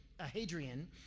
Hadrian